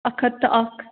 اَکھ ہتھ تہٕ اَکھ